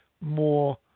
more